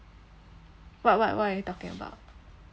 what what what are you talking about